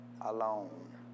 alone